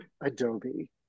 Adobe